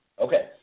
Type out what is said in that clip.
Okay